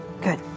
Good